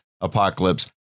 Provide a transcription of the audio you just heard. apocalypse